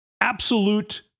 absolute